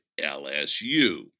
LSU